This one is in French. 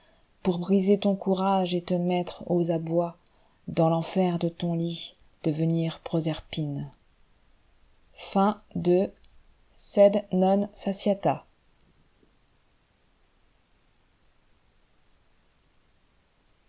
pour briser ton courage et te mettre aux abois dans l'enfer de ton lit devenir proserpinel xxviii